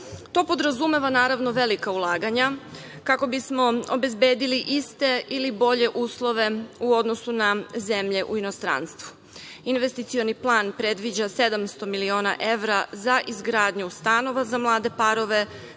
To podrazumeva, naravno, velika ulaganja kako bismo obezbedili iste ili bolje uslove u odnosu na zemlje u inostranstvu. Investicioni plan predviđa 700 miliona evra za: izgradnju stanova za mlade parove;